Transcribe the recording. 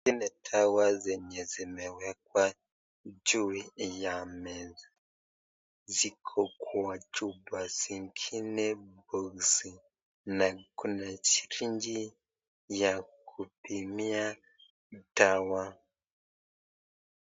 Hizi ni dawa zenye zimewekwa juu ya meza ziko Kwa chupa ingine boksi na kuna sirinji ya kupimia dawa.